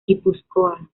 guipúzcoa